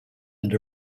and